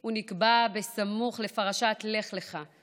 הוא נקבע סמוך לפרשת לך לך,